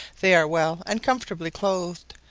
they are well and comfortably clothed,